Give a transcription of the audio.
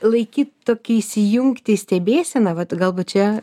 laikyt tokį įsijungti stebėseną vat galbūt čia